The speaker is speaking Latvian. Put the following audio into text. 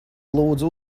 lūdzu